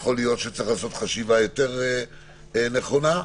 יכול להיות שצריך לעשות חשיבה יותר נכונה בעניין.